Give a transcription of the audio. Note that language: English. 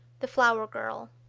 the flower girl.